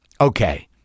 okay